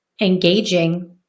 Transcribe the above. engaging